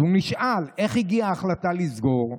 אז הוא נשאל: "איך הגיעה החלטה לסגור?"